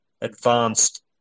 advanced